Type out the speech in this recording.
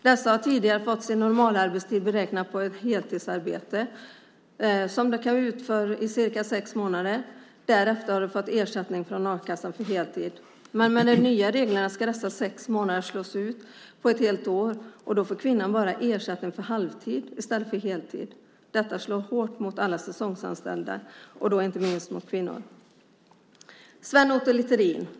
De har tidigare fått sin normalarbetstid beräknad på ett heltidsarbete som de utför i kanske sex månader. Därefter har de fått ersättning från a-kassan för heltid. Med de nya reglerna ska dessa sex månader slås ut på ett helt år. Då får kvinnan bara ersättning för halvtid i stället för heltid. Detta slår hårt mot alla säsongsanställda, inte minst kvinnor. Sven Otto Littorin!